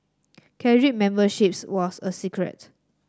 carry memberships was a secret